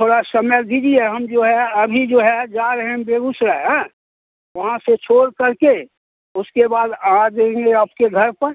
थोड़ा समय दीजिए हम जो है अभी जो है जा रहे हैं बेगूसराय हाँ वहाँ से छोड़ करके उसके बाद आ जाएँगे आपके घर पर